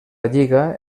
lliga